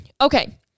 Okay